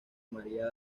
maría